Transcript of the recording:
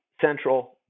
central